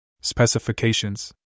Specifications